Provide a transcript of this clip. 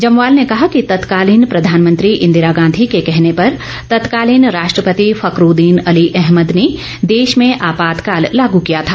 जम्वाल ने कहा कि तत्कालीन प्रधानमंत्री इंदिरा गांधी के कहने पर तत्कालीन राष्ट्रपति फखरूद्दीन अली अहमद ने देश में आपातकाल लागू किया था